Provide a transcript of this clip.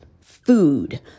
food